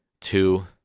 two